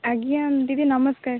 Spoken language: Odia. ଆଜ୍ଞା ଦିଦି ନମସ୍କାର